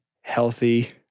healthy